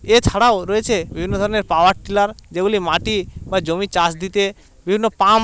এছাড়াও রয়েছে বিভিন্ন ধরনের পাওয়ার টিলার যেগুলি মাটি বা জমির চাষ দিতে বিভিন্ন পাম্প